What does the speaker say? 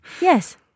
Yes